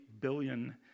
billion